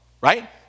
right